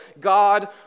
God